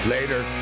Later